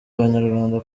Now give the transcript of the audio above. abanyarwanda